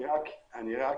אגיד רק שהיום